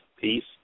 peace